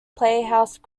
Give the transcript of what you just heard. playhouse